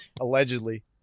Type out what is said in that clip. Allegedly